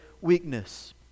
weakness